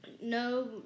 no